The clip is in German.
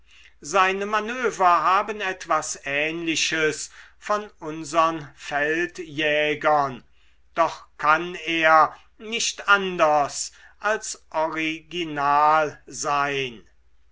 seine manöver haben etwas ähnliches von unsern feldjägern doch kann er nicht anders als original sein